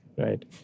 Right